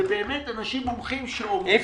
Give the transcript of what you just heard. אלו אנשים מומחים שעובדים --- איפה?